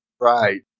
Right